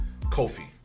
Kofi